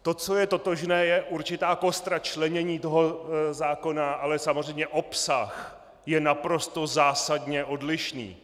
To, co je totožné, je určitá kostra členění toho zákona, ale samozřejmě obsah je naprosto zásadně odlišný.